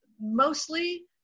mostly